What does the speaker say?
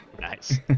Nice